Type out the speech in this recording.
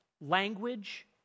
language